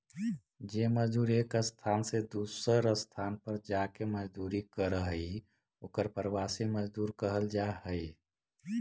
जे मजदूर एक स्थान से दूसर स्थान पर जाके मजदूरी करऽ हई ओकर प्रवासी मजदूर कहल जा हई